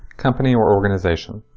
company or organization.